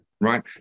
right